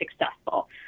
successful